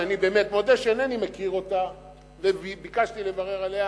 שאני באמת מודה שאינני מכיר אותה וביקשתי לברר עליה,